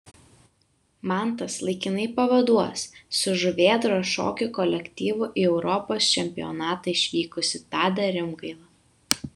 mantas laikinai pavaduos su žuvėdros šokių kolektyvu į europos čempionatą išvykusi tadą rimgailą